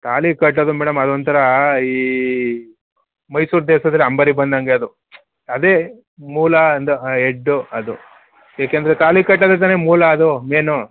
ತಾಳಿ ಕಟ್ಟೋದು ಮೇಡಮ್ ಅದೊಂಥರ ಈ ಮೈಸೂರು ದಸರಾದಲ್ಲಿ ಅಂಬಾರಿ ಬಂದಂಗೆ ಅದು ಅದೇ ಮೂಲ ಅದು ಹೆಡ್ಡು ಅದು ಏಕಂದರೆ ತಾಳಿ ಕಟ್ಟೋದೇ ತಾನೇ ಮೂಲ ಅದು ಮೇನು